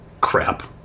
crap